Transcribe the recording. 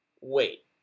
wait